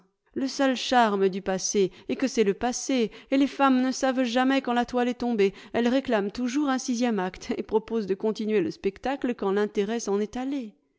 le seul charme du passé est que c'est le passé et les femmes ne savent jamais quand la toile est tombée elles réclament toujours un sixième acte et proposent de continuer le spectacle quand l'intérêt s'en est allé